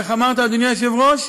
ואיך אמרת, אדוני היושב-ראש: